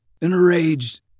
enraged